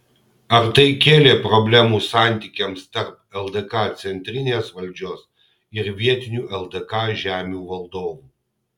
ar tai kėlė problemų santykiams tarp ldk centrinės valdžios ir vietinių ldk žemių valdovų